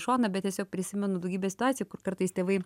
šoną bet tiesiog prisimenu daugybę situacijų kur kartais tėvai